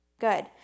good